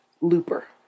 Looper